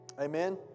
Amen